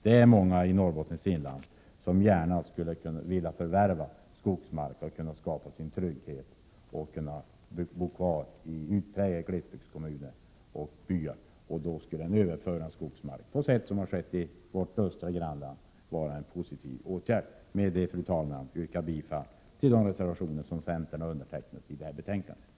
Det är många i Norrbottens inland som gärna skulle vilja förvärva skogsmark för att kunna skapa sin trygghet och bo kvar i utpräglade glesbygdskommuner och byar. En överföring av skogsmark på det sätt som skett i vårt östra grannland skulle då vara en positiv åtgärd. Fru talman! Med detta yrkar jag bifall till de reservationer vid detta Prot. 1987/88:131